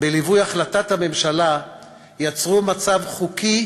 בליווי החלטת הממשלה יצרו מצב חוקי,